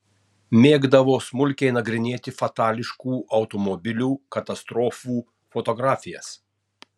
mėgdavo smulkiai nagrinėti fatališkų automobilių katastrofų fotografijas